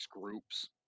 groups